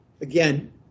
again